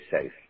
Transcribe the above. safe